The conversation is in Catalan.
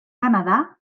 canadà